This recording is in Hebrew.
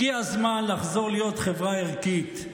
הגיע הזמן לחזור להיות חברה ערכית,